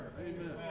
Amen